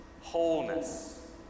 wholeness